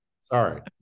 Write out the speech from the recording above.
sorry